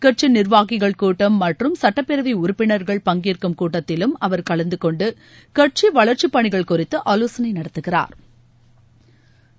கட்சி நிர்வாகிகள் கூட்டம் மற்றும் சுட்டப்பேரவை உறுப்பினர்கள் பங்கேற்கும் கூட்டத்திலும் அவர் கலந்து கொண்டு கட்சி வளர்ச்சி பணிகள் குறித்து ஆலோசனை நடத்துகிறாா்